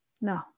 No